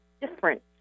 different